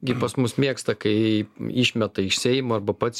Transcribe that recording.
gi pas mus mėgsta kai išmeta iš seimo arba pats